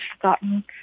forgotten